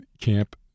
camp